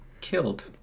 killed